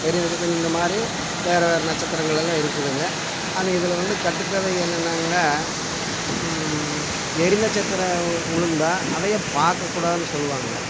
எரிநட்சத்திரம் இந்தமாதிரி வேறே வேறே நட்சத்திரங்கள் எல்லாம் இருக்குதுங்க ஆனால் இதில் வந்து கட்டுக்கதை என்னன்னாங்க எரிநட்சத்திரம் விழுந்தா அதைப் பார்க்கக்கூடாதுனு சொல்வாங்கங்க